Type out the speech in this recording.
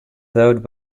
served